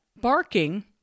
barking